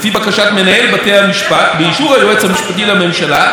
לפי בקשת מנהל בתי המשפט באישור היועץ המשפטי לממשלה,